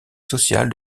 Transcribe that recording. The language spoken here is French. social